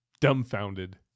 Dumbfounded